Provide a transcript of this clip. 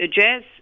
jazz